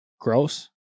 gross